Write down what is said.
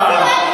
לא, לא.